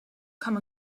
come